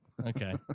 Okay